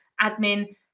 admin